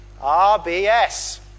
RBS